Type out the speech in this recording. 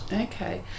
Okay